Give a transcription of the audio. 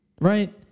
right